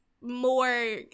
more